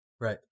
Right